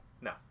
No